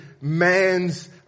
man's